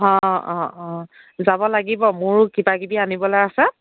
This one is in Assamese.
অ' অ' অ' যাব লাগিব মোৰো কিবা কিবি আনিবলৈ আছে